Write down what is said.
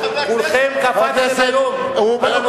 כולכם קפצתם היום על הנושא,